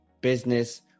business